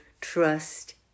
trust